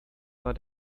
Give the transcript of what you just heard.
war